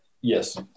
yes